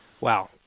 Wow